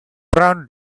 brown